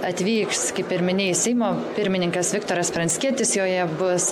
atvyks kaip ir minėjai seimo pirmininkas viktoras pranckietis joje bus